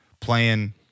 playing